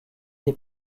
des